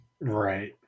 Right